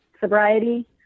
sobriety